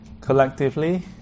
Collectively